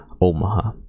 Omaha